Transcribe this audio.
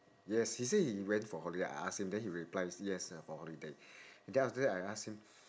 yes he say he went for holiday I ask him then he reply yes for holiday then after that I ask him